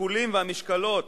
השיקולים והמשקלות